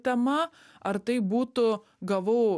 tema ar tai būtų gavau